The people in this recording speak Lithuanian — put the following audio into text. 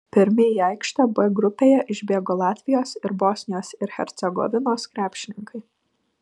pirmi į aikštę b grupėje išbėgo latvijos ir bosnijos ir hercegovinos krepšininkai